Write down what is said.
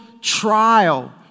trial